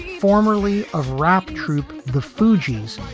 formerly of rap troupe the fugees,